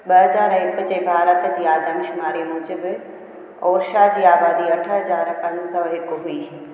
ॿ हज़ार हिकु जे भारत जी आदमशुमारी मुजिबु ओरछा जी आबादी अठ हज़ार पंज सौ हिकु हुई